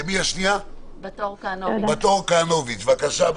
בת אור כהנוביץ, בבקשה.